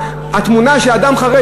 התמונה שאדם חרד,